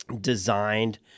designed